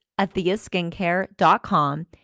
AtheaSkincare.com